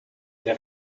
der